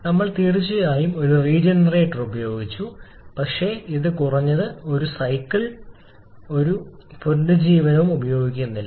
ഞങ്ങൾ തീർച്ചയായും ഒരു റീജനറേറ്ററും ഉപയോഗിച്ചു പക്ഷേ ഇതിൽ കുറഞ്ഞത് സൈക്കിൾ ഒരു പുനരുജ്ജീവനവും ഉപയോഗിക്കുന്നില്ല